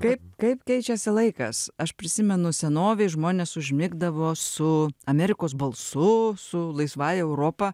kaip kaip keičiasi laikas aš prisimenu senovėj žmonės užmigdavo su amerikos balsu su laisvąja europa